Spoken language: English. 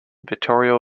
vittorio